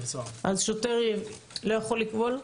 אז שוטר לא יכול לקבול?